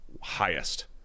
highest